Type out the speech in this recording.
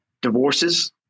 Divorces